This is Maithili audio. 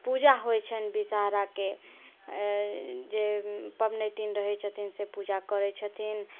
पूजा होइ छनि विषहरा के जे पबनैतिन रहै छथिन से पूजा करै छथिन